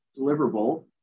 deliverable